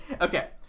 Okay